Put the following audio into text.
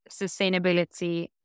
sustainability